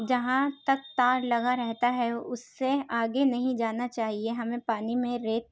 جہاں تک تار لگا رہتا ہے اس سے آگے نہیں جانا چاہیے ہمیں پانی میں ریت